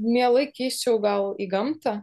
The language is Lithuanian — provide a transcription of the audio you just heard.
mielai keisčiau gal į gamtą